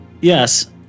Yes